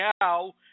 now